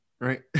Right